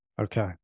Okay